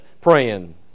praying